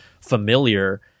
familiar